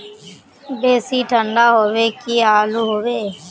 बेसी ठंडा होबे की आलू होबे